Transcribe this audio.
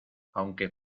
aunque